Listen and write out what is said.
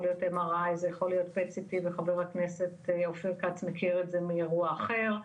להיות M.R.I וחבר הכנסת אופיר כץ מכיר את זה מאירוע אחר,